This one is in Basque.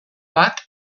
bat